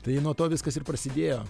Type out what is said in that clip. tai nuo to viskas ir prasidėjo